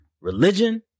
religion